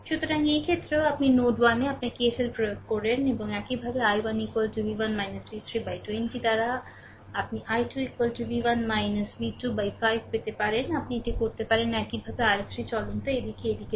সুতরাং এই ক্ষেত্রেও আপনি নোড 1 এ আপনার KCL প্রয়োগ করেন এবং একইভাবে i1 v1 v 3 বাই20 দ্বারা আপনি i2 v1 v2 বাই5 পেতে পারেন আপনি এটি করতে পারেন একইভাবে i3 চলন্ত এই দিকে এই দিকের জন্য